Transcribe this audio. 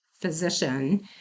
physician